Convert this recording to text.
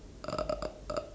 uh